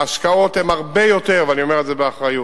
ההשקעות הן הרבה יותר, ואני אומר את זה באחריות: